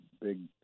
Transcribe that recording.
big